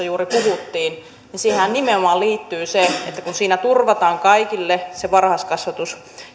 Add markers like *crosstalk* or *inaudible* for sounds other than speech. *unintelligible* juuri puhuttiin ja siihenhän nimenomaan liittyy se että kun siinä turvataan kaikille se varhaiskasvatus